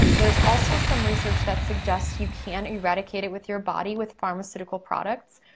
um there's also some research that suggests you can irradiate it with your body with pharmaceutical products.